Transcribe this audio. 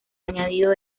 añadido